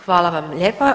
Hvala vam lijepa.